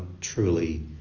truly